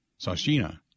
sashina